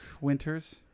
winters